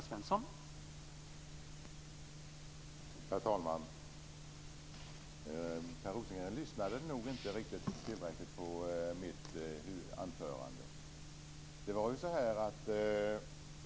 Herr talman! Per Rosengren lyssnade nog inte tillräckligt noga på mitt huvudanförande.